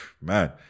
man